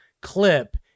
clip